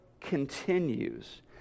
continues